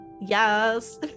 yes